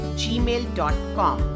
gmail.com